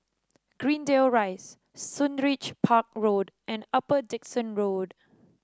Greendale Rise Sundridge Park Road and Upper Dickson Road